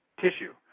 tissue